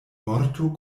morto